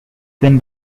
been